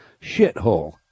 shithole